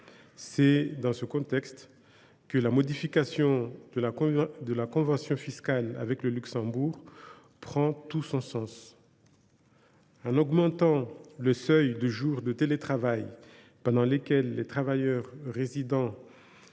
C’est dans ce contexte que la modification de la convention fiscale avec le Luxembourg prend tout son sens. En augmentant le nombre de jours de télétravail pendant lesquels les travailleurs résidents